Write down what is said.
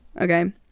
okay